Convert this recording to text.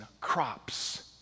crops